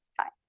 time